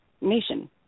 nation